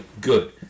good